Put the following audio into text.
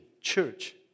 church